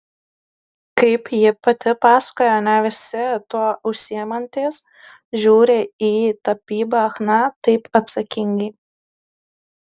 kaip ji pati pasakoja ne visi tuo užsiimantys žiūri į tapybą chna taip atsakingai